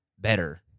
better